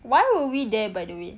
why were we there by the way